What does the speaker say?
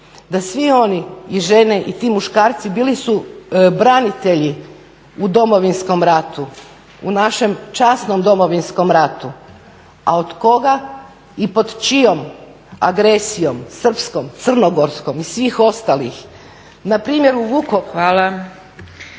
da svi oni i žene i ti muškarci bili su branitelji u Domovinskom ratu u našem časnom Domovinskom ratu. A od koga i pod čijom agresijom? Srpskom, crnogorskom i svih ostalih. **Zgrebec, Dragica